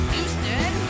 Houston